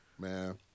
Man